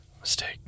mistake